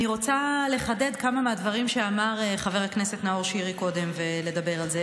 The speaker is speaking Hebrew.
אני רוצה לחדד כמה מהדברים שאמר קודם חבר הכנסת נאור שירי ולדבר על זה.